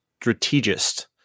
strategist